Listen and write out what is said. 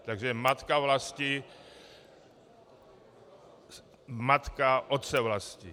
Takže matka vlasti... matka Otce vlasti.